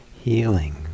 healing